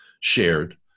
shared